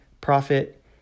profit